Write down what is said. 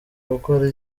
gukora